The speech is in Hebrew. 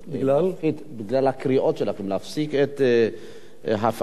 בגלל הקריאות שלכם להפסיק את הפעלת מכשירים